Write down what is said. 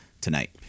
tonight